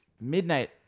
midnight